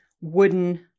wooden